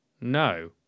no